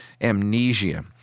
Amnesia